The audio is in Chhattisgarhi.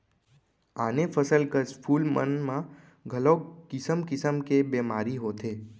आने फसल कस फूल मन म घलौ किसम किसम के बेमारी होथे